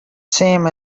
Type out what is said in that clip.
same